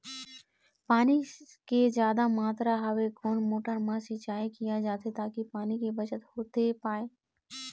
पानी के जादा मात्रा हवे कोन मोटर मा सिचाई किया जाथे ताकि पानी के बचत होथे पाए?